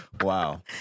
Wow